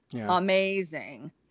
amazing